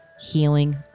healing